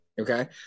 Okay